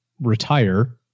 retire